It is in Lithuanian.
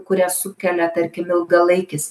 kurią sukelia tarkim ilgalaikis